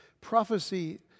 prophecy